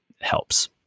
helps